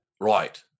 Right